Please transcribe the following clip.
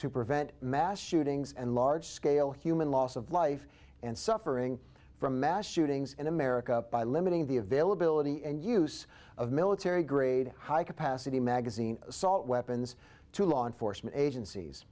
to prevent mass shootings and large scale human loss of life and suffering from mass shootings in america by limiting the availability and use of military grade high capacity magazine salt weapons to law enforcement agencies